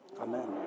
Amen